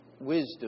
wisdom